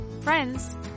friends